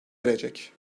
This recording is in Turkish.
erecek